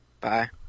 Bye